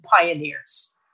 pioneers